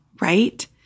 right